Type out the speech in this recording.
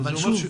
אבל שוב,